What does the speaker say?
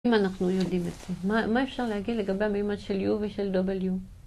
אם אנחנו יודעים את זה, מה אפשר להגיד לגבי המימד של U ושל W?